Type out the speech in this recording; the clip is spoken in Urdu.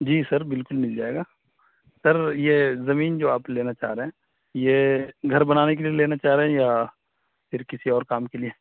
جی سر بالکل مل جائے گا سر یہ زمین جو آپ لینا چاہ رہے ہیں یہ گھر بنانے کے لیے لینا چاہ رہے ہیں یا پھر کسی اور کام کے لیے